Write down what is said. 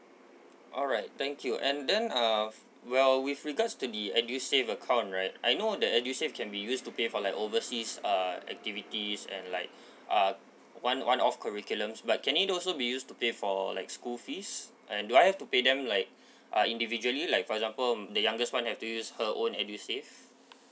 alright thank you and then uh f~ well with regards to the edusave account right I know that edusave can be used to pay for like overseas uh activities and like uh one one off curriculums but can it also be used to pay for like school fees and do I have to pay them like uh individually like for example the youngest one have to use her own edusave